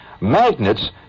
Magnets